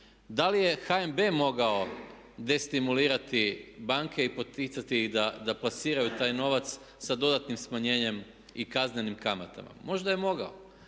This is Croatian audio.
Da li je HNB mogao destimulirati banke i poticati ih da plasiraju taj novac sa dodatnim smanjenjem i kaznenim kamatama? Možda je mogao,